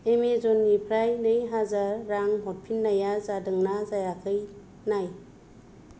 Amazon निफ्राय नै हाजार रां हरफिननाया जादोंना जायाखै नाय